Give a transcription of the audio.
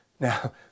Now